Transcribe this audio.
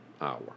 hour